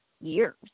years